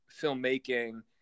filmmaking